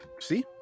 See